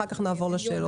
אחר כך נעבור לשאלות.